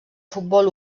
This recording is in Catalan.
futbol